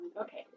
Okay